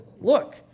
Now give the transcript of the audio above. Look